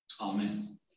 Amen